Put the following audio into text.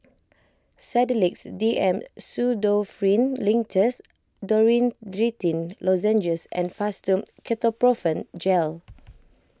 Sedilix D M Pseudoephrine Linctus Dorithricin Lozenges and Fastum Ketoprofen Gel